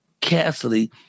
Cassidy